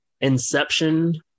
*Inception*